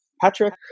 Patrick